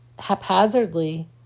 Haphazardly